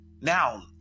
Now